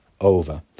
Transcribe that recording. Over